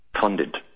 funded